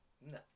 No